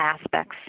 aspects